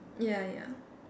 ya ya